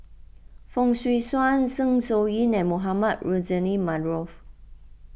Fong Swee Suan Zeng Shouyin and Mohamed Rozani Maarof